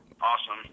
Awesome